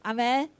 Amen